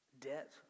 debt